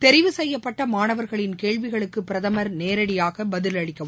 தெரிவு செய்யப்பட்டமாணவர்களின் கேள்விகளுக்குபிரதமர் நேரடியாகபதில் அளிக்கவுள்ளார்